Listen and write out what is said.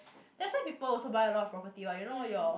that's why people also buy a lot of property what you know your